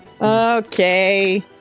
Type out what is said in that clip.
Okay